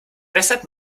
weshalb